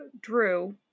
drew